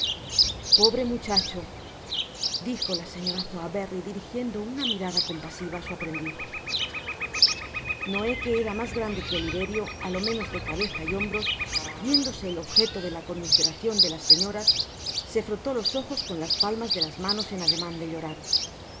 pobre muchacho dijo la señora sowerberry dirijiendo una mirada compasiva á su aprendiz noé que era mas grande que oliverio á lo menos de cabeza y hombros viéndose el objeto de la conmiseracion de las señoras se frotó los ojos con las palmas de las manos en ademan de llorar